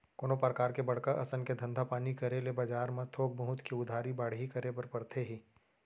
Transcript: कोनो परकार के बड़का असन के धंधा पानी करे ले बजार म थोक बहुत के उधारी बाड़ही करे बर परथे ही